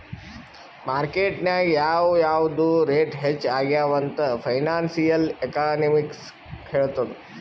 market ನಾಗ್ ಯಾವ್ ಯಾವ್ದು ರೇಟ್ ಹೆಚ್ಚ ಆಗ್ಯವ ಅಂತ್ ಫೈನಾನ್ಸಿಯಲ್ ಎಕನಾಮಿಕ್ಸ್ ಹೆಳ್ತುದ್